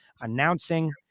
announcing